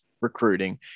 recruiting